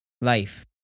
life